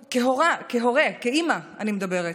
כהורה, כאימא אני מדברת,